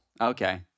Okay